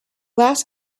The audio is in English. last